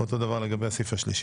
סעיף שלוש,